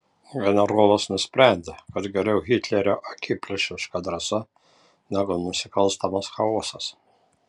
generolas nusprendė kad geriau hitlerio akiplėšiška drąsa negu nusikalstamas chaosas